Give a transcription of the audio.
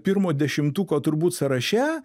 pirmo dešimtuko turbūt sąraše